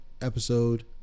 episode